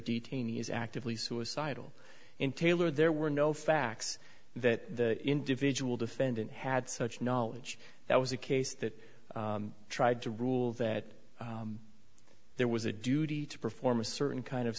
detainee is actively suicidal in taylor there were no facts that the individual defendant had such knowledge that was a case that tried to rule that there was a duty to perform a certain kind of